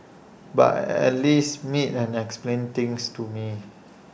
but at least meet and explain things to me